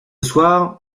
soir